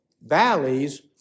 valleys